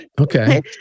Okay